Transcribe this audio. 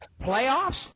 Playoffs